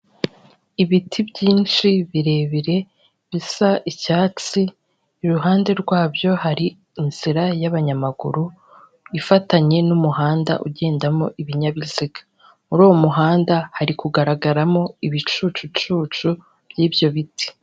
Ibiti byinshi birebire bisa icyatsi iruhande rwabyo hari inzira y'abanyamaguru ifatanye n'umuhanda ugendamo ibinyabiziga, muri uwo muhanda hari kugaragaramo ibicucucucu by'ibyo biti.